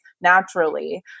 naturally